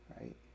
right